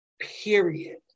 Period